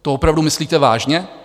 To opravdu myslíte vážně?